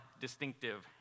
distinctive